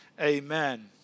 amen